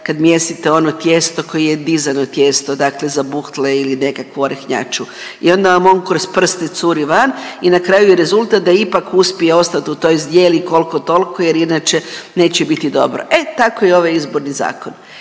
kad mijesite ono tijesto koje je dizano tijesto, dakle za buhtle ili nekakvu orehnjaču i onda vam on kroz prste curi van i na kraju je rezultat da ipak uspije ostat u toj zdjeli koliko toliko jer inače neće biti dobro. E tako i ovaj izborni zakon.